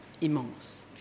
immense